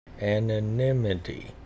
Anonymity